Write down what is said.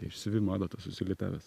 iš siuvimo adatos susilitavęs